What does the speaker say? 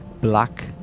black